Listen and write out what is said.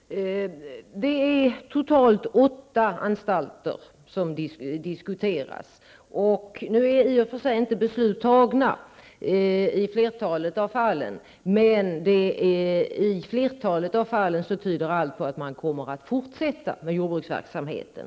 Fru talman! Det är totalt åtta anstalter som diskuteras. Beslut har ännu inte fattats beträffande alla anstalter, men allt tyder på att man på flertalet anstalter kommer att fortsätta med jordbruksverksamheten.